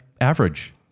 average